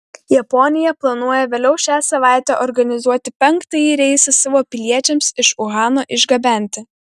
japonija planuoja vėliau šią savaitę organizuoti penktąjį reisą savo piliečiams iš uhano išgabenti